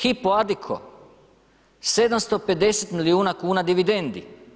Hipo Addiko 750 milijuna kuna dividendi.